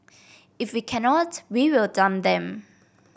if we cannot we will dump them